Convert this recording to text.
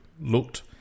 looked